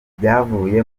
ivyavuye